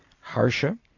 Harsha